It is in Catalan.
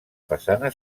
façana